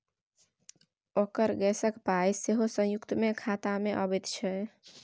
ओकर गैसक पाय सेहो संयुक्ते खातामे अबैत छै